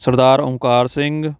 Sardar Onkar Singh